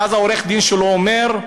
ואז העורך-דין שלו אומר: